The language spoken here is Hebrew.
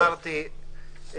כמו שאמרתי,